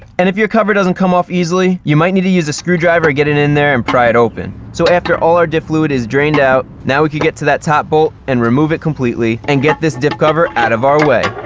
and if your cover doesn't come off easily, you might need to use a screwdriver to get it in there and pry it open. so after all our diff fluid is drained out, now we can get to that top bolt and remove it completely, and get this diff cover out of our way.